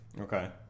Okay